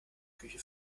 küche